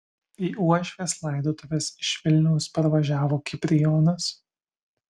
į uošvės laidotuves iš vilniaus parvažiavo kiprijonas